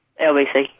LBC